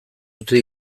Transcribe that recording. utzi